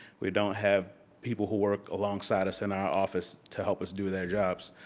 we don't have people who work alongside us in our office to help us do their jobs,